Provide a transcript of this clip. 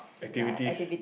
activities